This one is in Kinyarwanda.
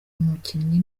umukinnyi